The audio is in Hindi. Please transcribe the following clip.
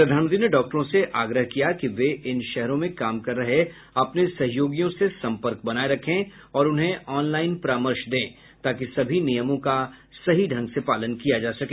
प्रधानमंत्री ने डॉक्टरों से आग्रह किया कि वे इन शहरों में काम कर रहे अपने सहयोगियों से संपर्क बनाये रखें और उन्हें ऑनलाइन परामर्श दें ताकि सभी नियमों का सही ढंग से पालन किया जा सके